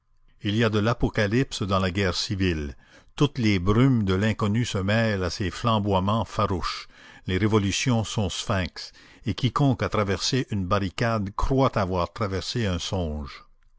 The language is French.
il y a de l'apocalypse dans la guerre civile toutes les brumes de l'inconnu se mêlent à ces flamboiements farouches les révolutions sont sphinx et quiconque a traversé une barricade croit avoir traversé un songe